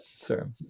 sir